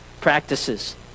practices